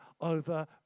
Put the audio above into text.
over